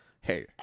hey